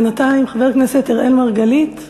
בינתיים, חבר הכנסת אראל מרגלית יצא,